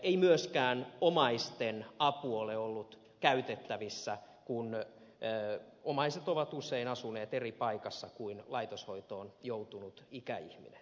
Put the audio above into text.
ei myöskään omaisten apu ole ollut käytettävissä kun omaiset ovat usein asuneet eri paikassa kuin laitoshoitoon joutunut ikäihminen